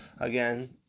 again